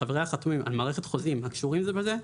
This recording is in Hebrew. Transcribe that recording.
שחבריה חתומים על מערכת חוזים הקשורים בזה בזה,